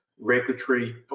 regulatory